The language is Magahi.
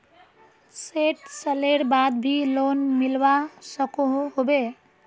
सैट सालेर बाद भी लोन मिलवा सकोहो होबे?